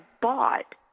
bought